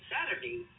Saturday